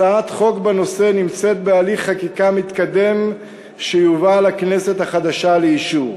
הצעת חוק בנושא נמצאת בהליך חקיקה מתקדם ותובא לכנסת החדשה לאישור.